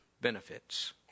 benefits